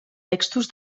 textos